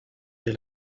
dès